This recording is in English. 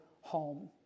home